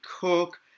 Cook